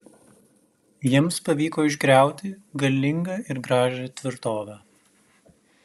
jiems pavyko išgriauti galingą ir gražią tvirtovę